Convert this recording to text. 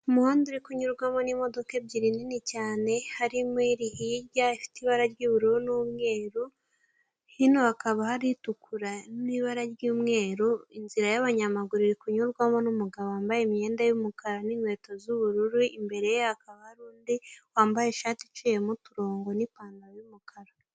Umuhanda uri kunyurwamo n'imodoka ebyiri nini cyane harimo iri hirya ifite ibara ry'ubururu n'umweru, hino hakaba hari itukura n'ibara ry'umweru, inzira y'abanyamaguru iri kunyurwamo n'umugabo wambaye imyenda y'umukara n'inkweto z'ubururu, imbere ye hakaba hari undi wambaye ishati iciyemo uturongo n'ipantaro y'umukara.